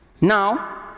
Now